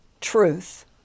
truth